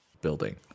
building